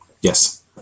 Yes